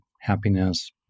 happiness